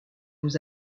vous